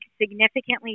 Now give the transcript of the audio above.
Significantly